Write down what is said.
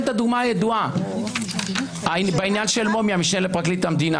את הדוגמה הידועה בעניין של מומי המשנה לפרקליט המדינה,